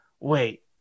wait